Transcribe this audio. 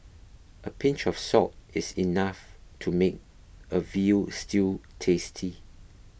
a pinch of salt is enough to make a Veal Stew tasty